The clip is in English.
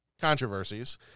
controversies